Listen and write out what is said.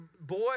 boy